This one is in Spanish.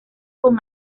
con